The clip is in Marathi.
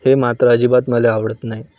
हे मात्र अजिबात मला आवडत नाही